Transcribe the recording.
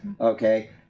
Okay